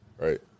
right